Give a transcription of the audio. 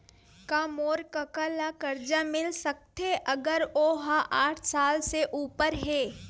का मोर कका ला कर्जा मिल सकथे अगर ओ हा साठ साल से उपर हे?